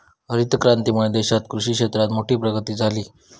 हरीत क्रांतीमुळे देशात कृषि क्षेत्रात मोठी प्रगती झाली